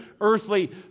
earthly